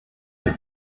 les